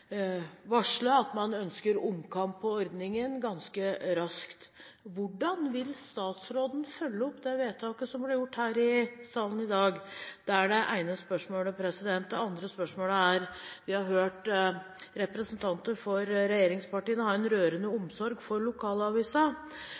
varsle at man ønsker omkamp om ordningen ganske raskt. Hvordan vil statsråden følge opp det vedtaket som blir gjort her i salen i dag? Det er det ene spørsmålet. Det andre spørsmålet er: Vi har hørt representanter for regjeringspartiene ha en rørende